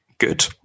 Good